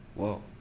Whoa